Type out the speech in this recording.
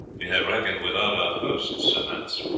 we have reckoned without our host, sir knights.